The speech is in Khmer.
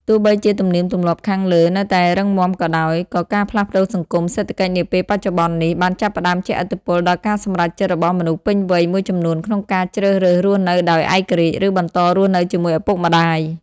ទោះបីជាទំនៀមទម្លាប់ខាងលើនៅតែរឹងមាំក៏ដោយ ក៏ការផ្លាស់ប្តូរសង្គម-សេដ្ឋកិច្ចនាពេលបច្ចុប្បន្ននេះ បានចាប់ផ្តើមជះឥទ្ធិពលដល់ការសម្រេចចិត្តរបស់មនុស្សពេញវ័យមួយចំនួនក្នុងការជ្រើសរើសរស់នៅដោយឯករាជ្យ ឬបន្តរស់នៅជាមួយឪពុកម្តាយ។